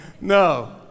no